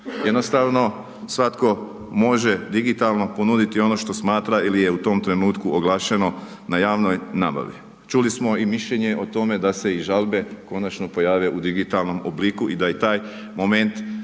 Jednostavno svatko može digitalno ponuditi ono što smatra ili je u tom trenutku oglašeno na javnoj nabavi. Čuli smo i mišljenje o tome da se i žalbe konačno pojave u digitalnom obliku i da i taj moment